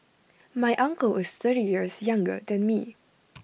my uncle is thirty years younger than me